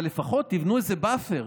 אבל לפחות תבנו איזה buffer.